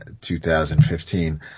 2015